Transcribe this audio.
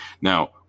Now